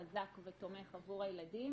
חזק ותומך עבור הילדים.